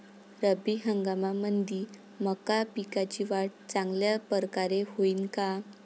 रब्बी हंगामामंदी मका पिकाची वाढ चांगल्या परकारे होईन का?